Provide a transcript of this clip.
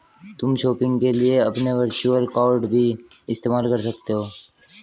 तुम शॉपिंग के लिए अपने वर्चुअल कॉर्ड भी इस्तेमाल कर सकते हो